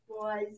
boys